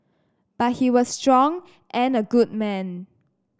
but he was strong and a good man